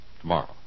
tomorrow